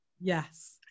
Yes